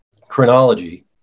Chronology